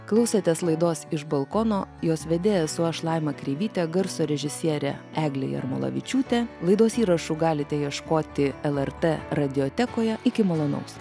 klausėtės laidos iš balkono jos vedėja esu aš laima kreivytė garso režisierė eglė jarmolavičiūtė laidos įrašų galite ieškoti lrt radiotekoje iki malonaus